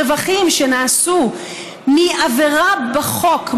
רווחים שנעשו מעבירה על החוק,